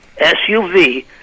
SUV